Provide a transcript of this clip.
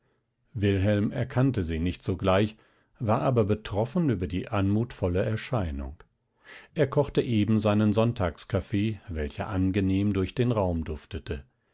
wilhelm erkannte sie nicht sogleich war aber betroffen über die anmutvolle erscheinung er kochte eben seinen sonntagskaffee welcher angenehm durch den raum duftete